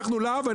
לה"ב,